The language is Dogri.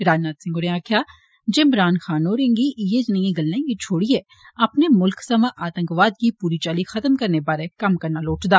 राजनाथ होरें आक्खेआ जे इमरान खान होरें गी इयै जनेइयें गल्लें गी छोड़िए अपने मुल्ख सवां आतंकवाद गी पूरी चाल्ली खत्म करने बारै कम्म करना लोड़चदा